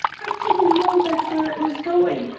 i didn't know that's where it was going.